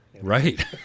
Right